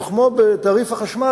וכמו בתעריף החשמל,